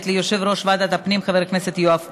ליושב-ראש ועדת הפנים חבר הכנסת יואב קיש.